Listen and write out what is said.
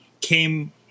came